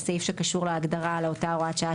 זה סעיף שקשור להגדרה של אותה הוראת שעה